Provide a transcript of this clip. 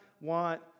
want